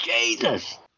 Jesus